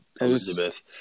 Elizabeth